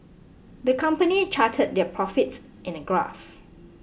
the company charted their profits in a graph